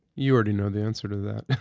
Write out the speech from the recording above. you already know the answer to that.